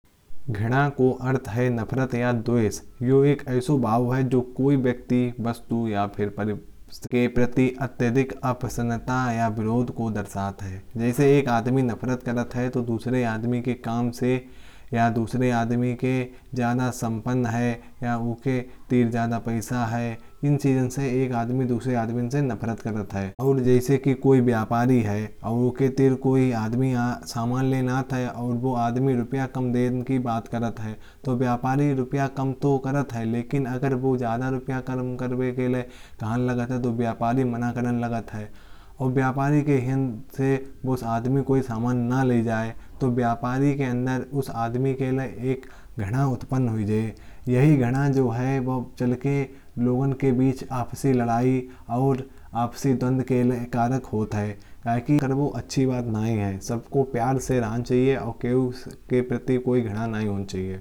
घृणा का अर्थ है नफरत या द्वेष। यह एक ऐसा भाव है जो किसी व्यक्ति। वस्तु या किसी और चीज़ के प्रति अत्यधिक अप्रसन्नता या विरोध को दर्शाता है। जैसे एक आदमी किसी दूसरे आदमी के काम से। या उसकी सम्पन्नता से नफरत कर सकता है। या उसकी आर्थिक स्थिति से नफरत महसूस कर सकता है। अगर एक व्यापारी को कोई व्यक्ति सामान खरीदना हो। और वो कम पैसे देने की बात करे। तो व्यापारी उस व्यक्ति को सामान तो दे देता है। लेकिन अगर वो ज़्यादा पैसे देने से इनकार करता है। तो व्यापारी उस व्यक्ति के लिए नफरत महसूस कर सकता है। यही नफरत है जो लोगों के बीच आपसी लड़ाई और आपसी दंड का कारण बन सकता है। इसलिए यह अच्छी बात नहीं है। सबको प्यार से रहना चाहिए और किसी के प्रति नफरत नहीं होनी चाहिए।